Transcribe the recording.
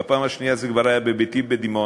בפעם השנייה זה כבר היה בביתי בדימונה.